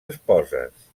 esposes